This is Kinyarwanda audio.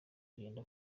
kugenda